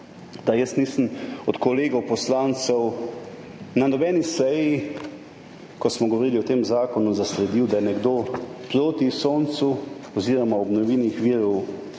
povem, da od kolegov poslancev na nobeni seji, ko smo govorili o tem zakonu, nisem zasledil, da je nekdo proti soncu oziroma obnovljivim virom,